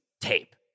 tape